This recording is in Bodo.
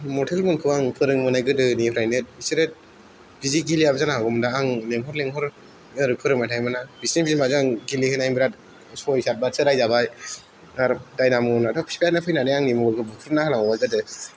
मर्टेलमोनखौ आं फोरोंबोनाय गोदोनोनिफ्रायनो बिसोरो बिदि गेलेयाबो जानो हागौमोन ना आं लेंहर लेंहर फोरोंबाय थायोमोन ना बिसोरनि बिमाजों आं गेलेहोनायनि बिरात सय सातबारसो रायजाबाय आरो दाइनाम'मोनाथ' बिफायानो फैनानै आंनि मबाइलखौ बुख्रुबना होलांबाय गोदो